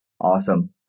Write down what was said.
awesome